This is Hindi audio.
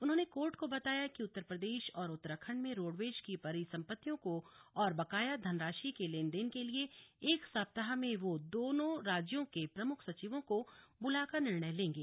उन्होंने कोर्ट को बताया कि उत्तर प्रदेश और उत्तराखंड में रोडवेज की परिसंपत्तियों और बकाया धनराशि के लेनदेन के लिए एक सप्ताह में वो दोनों राज्यों के प्रमुख सचिवों को बुलाकर निर्णय लेंगे